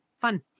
Fun